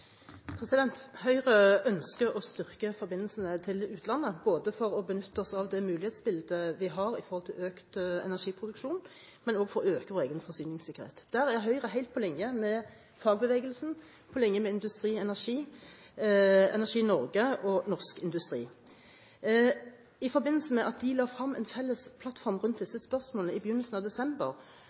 Høyre ønsker å styrke forbindelsene til utlandet, både for å benytte oss av det mulighetsbildet vi har når det gjelder økt energiproduksjon, og for å øke vår egen forsyningssikkerhet. Der er Høyre helt på linje med fagbevegelsen og på linje med Industri Energi, Energi Norge og Norsk Industri. I forbindelse med at de la frem en felles plattform rundt disse spørsmålene i begynnelsen av desember,